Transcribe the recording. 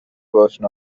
version